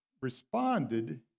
responded